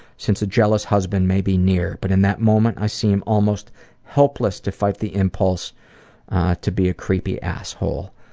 since a jealous husband may be near but in that moment i seem almost hopeless to fight the impulse to be a creepy asshole.